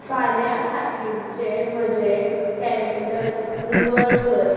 फाल्या खातीरचे म्हजे कॅलेंडर निवळ कर